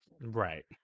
Right